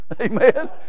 Amen